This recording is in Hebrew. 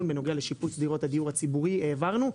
בנוגע לשיפוץ דירות הדיור הציבורי העברנו.